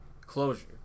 closure